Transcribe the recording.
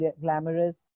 glamorous